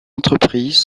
entreprises